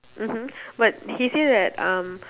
mmhmm but he say that um